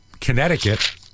Connecticut